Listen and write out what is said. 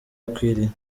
akwiriye